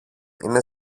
είναι